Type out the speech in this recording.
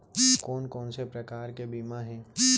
कोन कोन से प्रकार के बीमा हे?